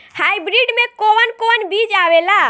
Hybrid में कोवन कोवन बीज आवेला?